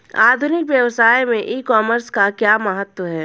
आधुनिक व्यवसाय में ई कॉमर्स का क्या महत्व है?